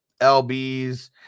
LBs